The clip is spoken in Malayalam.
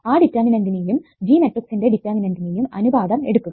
ആ ഡിറ്റർമിനന്റിനെയും G മെട്രിക്ക്സിന്റെ ഡിറ്റർമിനന്റിന്റെയും അനുപാതം എടുക്കുക